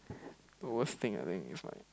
the worst thing I think is like